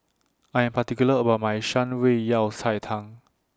I Am particular about My Shan Rui Yao Cai Tang